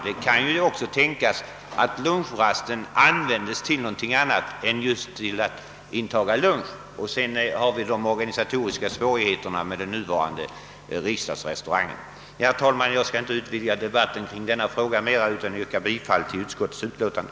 Det kan tänkas att ledamöterna använder lunchrasten till någonting annat än att inta lunch, och dessutom har vi de organisatoriska svårigheterna att bereda utrymme åt alla på den nuvarande riksdagsrestaurangen. Herr talman! Jag skall inte utvidga debatten i denna fråga vidare, utan yrkar nu bifall till utskottets utlåtande.